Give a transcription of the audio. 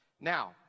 Now